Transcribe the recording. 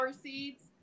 seeds